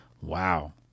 Wow